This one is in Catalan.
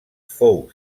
fou